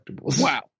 Wow